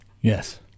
Yes